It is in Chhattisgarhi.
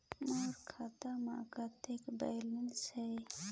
मोर खाता मे कतेक बैलेंस हे?